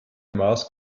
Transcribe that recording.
maß